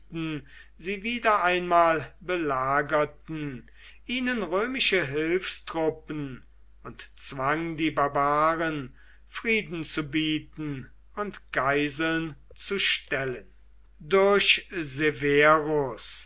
sie wieder einmal belagerten ihnen römische hilfstruppen und zwang die barbaren frieden zu bieten und geiseln zu stellen durch